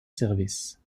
service